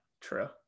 true